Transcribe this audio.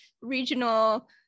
regional